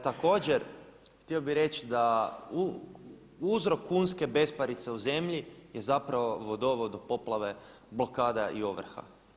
Također htio bih reći da uzrok kunske besparice u zemlji je zapravo vodovao do poplave blokada i ovrha.